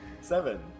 Seven